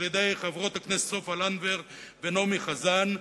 ועל-ידי חברות הכנסת סופה לנדבר ונעמי חזן,